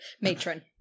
Matron